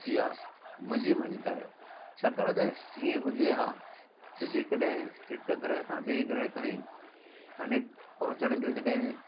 इहा मुंहिंजी मञता आहे छाकाणी त ईअं हुजे आहे त जेकॾहिं हिक गृह खां ॿिए गृह ताईं अनेक पहुचण जो जॾहिं